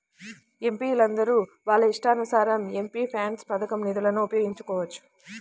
ఎంపీలందరూ వాళ్ళ ఇష్టానుసారం ఎంపీల్యాడ్స్ పథకం నిధులను ఉపయోగించుకోవచ్చు